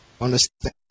Understand